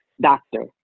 doctor